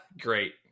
Great